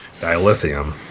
dilithium